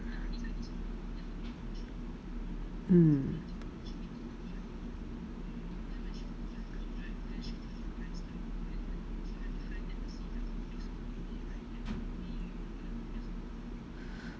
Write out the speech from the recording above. mm